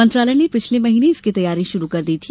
मंत्रालय ने पिछले महीने इसकी तैयारी शुरू कर दी थी